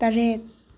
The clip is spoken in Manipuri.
ꯇꯔꯦꯠ